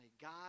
God